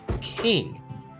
king